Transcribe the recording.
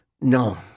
No